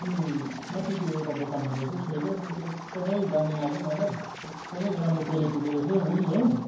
अनि माथि त्यो एउटा दोकानमा रहेछ स्वेटर त्यो चाहिँ एकदमै दामी लाग्यो मलाई एकदमै राम्रो क्वालिटीको रहेछ वुल हो